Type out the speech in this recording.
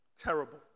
terrible